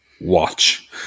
watch